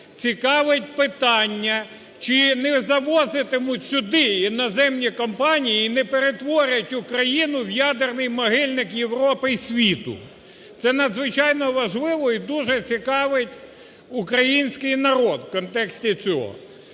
цікавить питання, чи не завозитимуть сюди іноземні компанії і не перетворять Україну в ядерний могильник Європи і світу. Це надзвичайно важливо і дуже цікавить український народ в контексті цього.